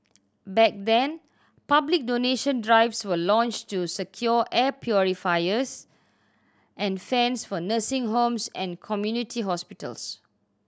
back then public donation drives were launched to secure air purifiers and fans for nursing homes and community hospitals